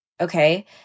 okay